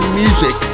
music